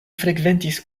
frekventis